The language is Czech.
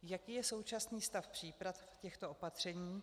Jaký je současný stav příprav těchto opatření?